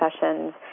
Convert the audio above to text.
sessions